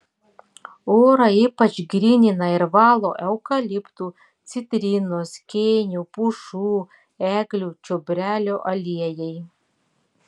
orą ypač grynina ir valo eukaliptų citrinos kėnių pušų eglių čiobrelio aliejai